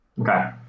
Okay